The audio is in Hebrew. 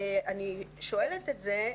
אני שואלת את זה,